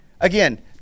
Again